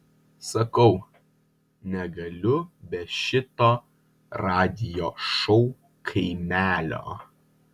sakau negaliu be šito radijo šou kaimelio